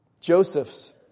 Joseph's